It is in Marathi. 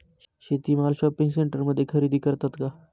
शेती माल शॉपिंग सेंटरमध्ये खरेदी करतात का?